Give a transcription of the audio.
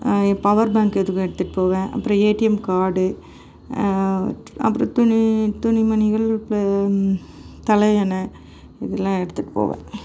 power bank எதுக்கும் எடுத்துகிட்டுப்போவேன் அப்புறம் ஏடிஎம் கார்ட்டு அப்புறம் துணி துணிமணிகள் தலையணை இதெலாம் எடுத்துகிட்டு போவேன்